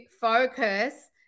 focus